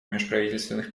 межправительственных